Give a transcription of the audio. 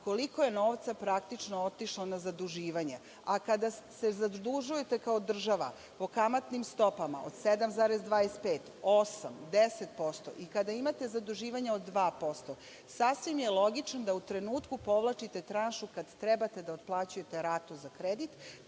koliko je novca praktično otišlo na zaduživanje. A kada se zadužujete kao država po kamatnim stopama od 7,25%, 8%, 10% i kada imate zaduživanja od 2%, sasvim je logično da u trenutku povlačite tranšu kada treba da otplaćujete ratu za kredit,